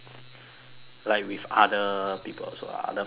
like with other people also ah other participants